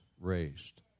raised